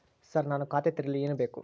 Sir ನಾನು ಖಾತೆ ತೆರೆಯಲು ಏನು ಬೇಕು?